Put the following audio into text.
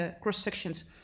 cross-sections